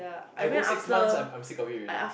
I go six months I'm I'm sick of it already